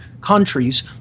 countries